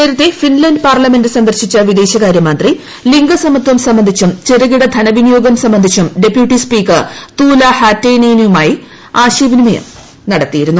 നേരത്തെ Finland parliament സന്ദർശിച്ച വിദേശകാര്യമന്ത്രി ലിംഗസമത്വം സംബന്ധിച്ചും ചെറുകിട ധനവിനിയോഗം സംബന്ധിച്ചും ഡെപ്യൂട്ടി സ്പീക്കർ തൂല ഹാറ്റെയ്നെനുമായി ആശയങ്ങൾ പങ്കുവച്ചിരുന്നു